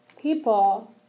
people